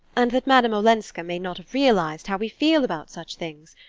and that madame olenska may not have realised how we feel about such things.